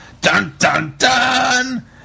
dun-dun-dun